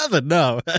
no